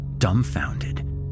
dumbfounded